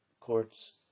courts